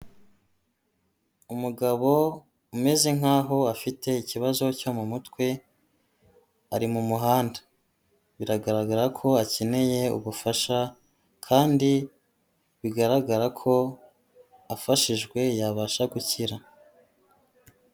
Umugabo umeze nkaho afite ikibazo cyo mu mutwe, ari mu muhanda, biragaragara ko akeneye ubufasha, kandi bigaragara ko afashijwe yabasha gukira.